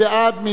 מי נגד?